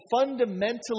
fundamentally